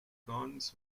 guns